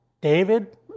David